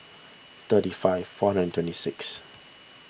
thirty five four hundred twenty six